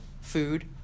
Food